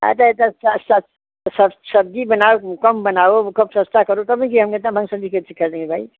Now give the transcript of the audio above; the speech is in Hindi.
अरे सब्ज़ी बनाऊँ कम बनाऊँ कब सस्ता करो तभी हम इतना महंग सब्ज़ी कैसे कर देंगे भाई